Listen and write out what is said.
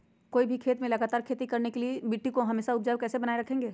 कोई भी खेत में लगातार खेती करने के लिए मिट्टी को हमेसा उपजाऊ कैसे बनाय रखेंगे?